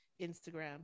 Instagram